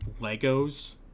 Legos